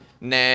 nah